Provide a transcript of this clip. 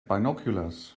binoculars